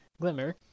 Glimmer